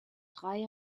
drei